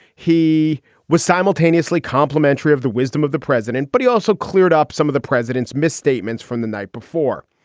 he was simultaneously complimentary of the wisdom of the president, but he also cleared up some of the president's misstatements from the night before.